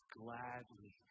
gladly